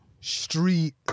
street